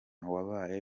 wabaye